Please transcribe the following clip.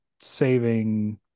saving